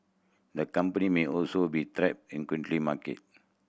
the company may also be market